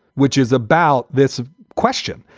which is about this question,